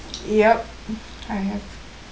yup I have